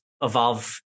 evolve